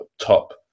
top